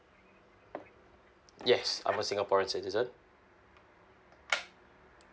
yes I'm a singaporean citizen